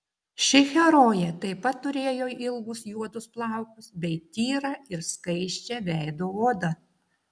ši herojė taip pat turėjo ilgus juodus plaukus bei tyrą ir skaisčią veido odą